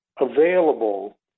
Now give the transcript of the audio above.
available